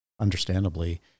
understandably